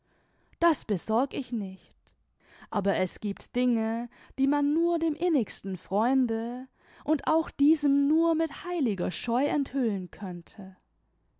das besorg ich nicht aber es giebt dinge die man nur dem innigsten freunde und auch diesem nur mit heiliger scheu enthüllen könnte